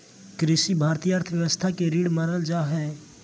कृषि भारतीय अर्थव्यवस्था के रीढ़ मानल जा हइ